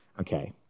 Okay